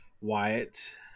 Wyatt